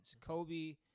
Kobe